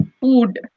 Food